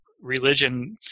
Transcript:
religion